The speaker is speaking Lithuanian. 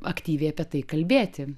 aktyviai apie tai kalbėti